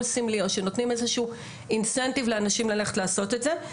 סמלי או שנותנים איזה שהוא אינסנטיב לאנשים ללכת לעשות את זה.